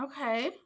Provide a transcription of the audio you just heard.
Okay